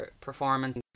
performance